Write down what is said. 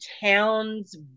town's